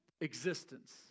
existence